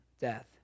death